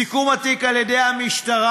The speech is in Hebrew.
סיכום התיק על ידי המשטרה,